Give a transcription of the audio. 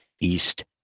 east